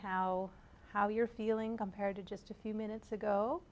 how how you're feeling compared to just a few minutes ago